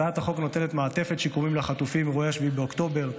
הצעת החוק נותנת מעטפת שיקומים לחטופים מאירועי 7 באוקטובר,